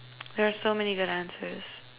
there's so many good answers